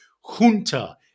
Junta